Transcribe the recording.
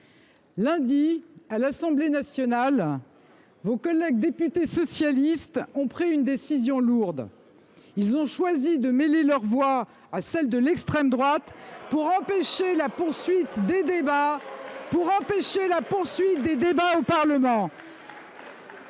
dernier, à l’Assemblée nationale, vos collègues députés socialistes ont pris une lourde décision. Ils ont choisi de mêler leurs voix à celles de l’extrême droite pour empêcher la poursuite des débats au Parlement.